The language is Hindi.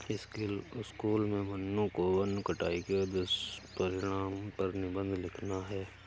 स्कूल में मन्नू को वन कटाई के दुष्परिणाम पर निबंध लिखना है